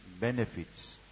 benefits